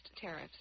tariffs